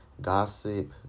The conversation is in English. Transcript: gossip